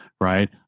Right